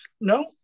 No